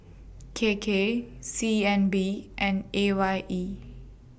K K C N B and A Y E